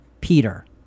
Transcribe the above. Peter